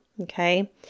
okay